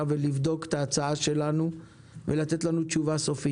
ולבדוק את ההצעה שלנו ולתת לנו תשובה סופית?